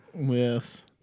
Yes